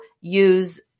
use